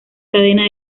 cadena